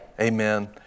Amen